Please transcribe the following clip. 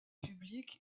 public